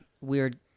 weird